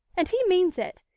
and he means it.